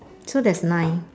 so there's nine